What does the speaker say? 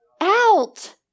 out